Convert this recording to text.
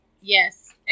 Yes